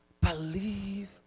believe